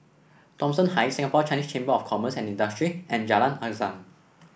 Thomson Heights Singapore Chinese Chamber of Commerce and Industry and Jalan Azam